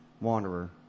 Wanderer